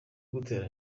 gutera